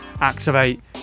Activate